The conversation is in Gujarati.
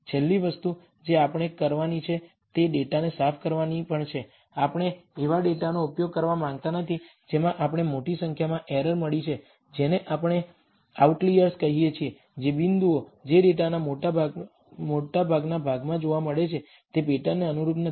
છેલ્લી વસ્તુ જે આપણે કરવાની જરૂર છે તે ડેટાને સાફ કરવાની પણ છે આપણે એવા ડેટાનો ઉપયોગ કરવા માંગતા નથી જેમાં આપણે મોટી સંખ્યામાં એરર મળી છે જેને આપણે આઉટલિઅર્સ કહીએ છીએ જે બિંદુઓ જે ડેટાના મોટાભાગના ભાગમાં જોવા મળે છે તે પેટર્નને અનુરૂપ નથી